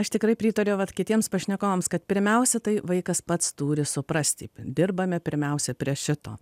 aš tikrai pritariu vat kitiems pašnekovams kad pirmiausia tai vaikas pats turi suprasti dirbame pirmiausia prie šito